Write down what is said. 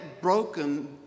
broken